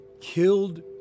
killed